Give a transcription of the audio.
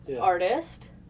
artist